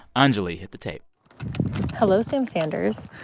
anjuli, hit the tape hello, sam sanders.